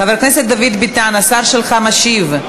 חבר הכנסת דוד ביטן, השר שלך משיב.